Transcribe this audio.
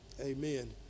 amen